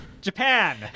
Japan